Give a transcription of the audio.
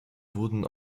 wurden